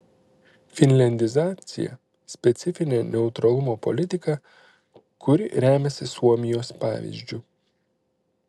finliandizacija specifinė neutralumo politika kuri remiasi suomijos pavyzdžiu